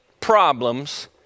problems